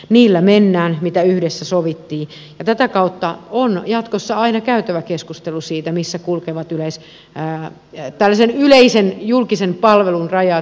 niillä mennään mitä yhdessä sovittiin ja tätä kautta on jatkossa aina käytävä keskustelu siitä missä kulkevat yleisen julkisen palvelun rajat